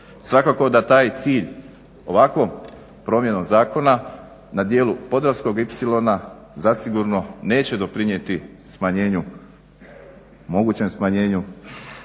Svakako da taj cilj ovakvom promjenom zakona na dijelu podravskog ipsilona zasigurno neće doprinijeti smanjenju,